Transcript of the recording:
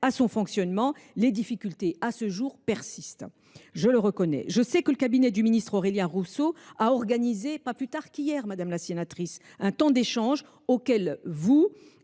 à son fonctionnement, les difficultés persistent, je le reconnais. Je sais que le cabinet du ministre, Aurélien Rousseau, a organisé pas plus tard qu’hier, madame la sénatrice, un temps d’échange auquel vous